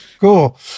cool